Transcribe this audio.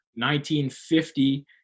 1950